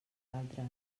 altres